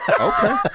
okay